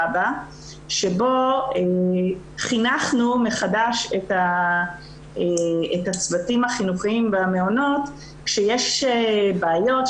אבא" שבו חינכנו מחדש את הצוותים החינוכיים במעונות שכאשר יש בעיות,